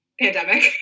pandemic